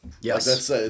Yes